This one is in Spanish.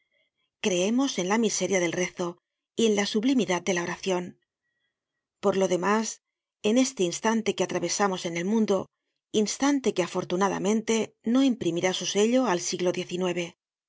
creemos en la miseria del rezo y en la sublimidad de la oracion por lo demás en este instante que atravesamos en el mundo instante que afortunadamente no imprimirá su sello al siglo